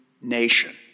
nation